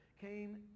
came